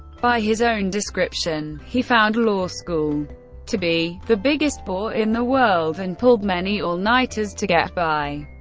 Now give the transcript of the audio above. by his own description, he found law school to be the biggest bore in the world and pulled many all-nighters to get by.